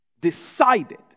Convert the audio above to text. decided